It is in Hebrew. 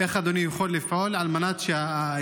איך אדוני יכול לפעול על מנת שהאישור